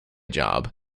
job